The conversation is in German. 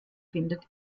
findet